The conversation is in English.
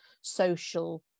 social